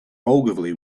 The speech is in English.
ogilvy